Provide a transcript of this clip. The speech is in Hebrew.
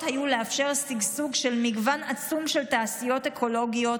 היו לאפשר שגשוג של מגוון עצום של תעשיות אקולוגיות,